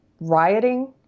rioting